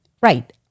Right